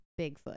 Bigfoot